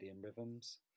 rhythms